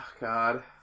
God